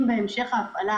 אם בהמשך ההפעלה